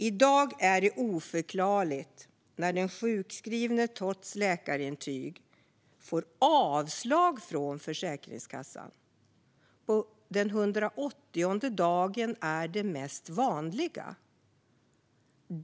I dag är det oförklarligt. Den sjukskrivne får, trots läkarintyg, avslag från Försäkringskassan, och det vanligaste är att det sker på den 180:e dagen.